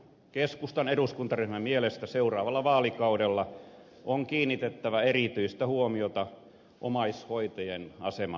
keskustan eduskuntaryhmän mielestä seuraavalla vaalikaudella on kiinnitettävä erityistä huomiota omaishoita jien aseman parantamiseen